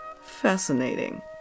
Fascinating